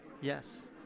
yes